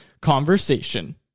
Conversation